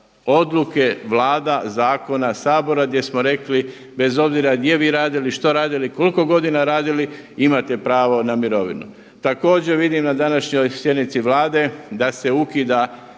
odluke Vlada, zakona, Sabora, gdje smo rekli bez obzira gdje vi radili, što radili, koliko godina radili imate pravo na mirovinu. Također vidim na današnjoj sjednici Vlade da se ukida